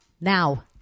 now